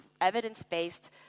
evidence-based